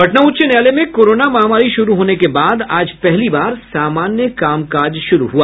पटना उच्च न्यायालय में कोरोना महामारी शुरू होने के बाद आज पहली बार सामान्य कामकाज शुरू हुआ